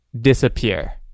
disappear